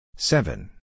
Seven